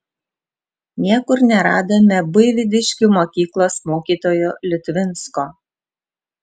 niekur neradome buivydiškių mokyklos mokytojo liutvinsko